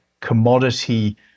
commodity